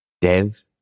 Dev